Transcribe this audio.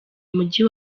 mujyi